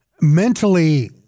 mentally